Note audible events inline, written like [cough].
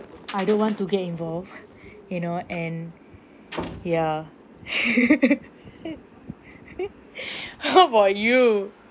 I don't want to get involved you know and ya [laughs] how about you